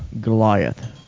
Goliath